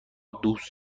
دوست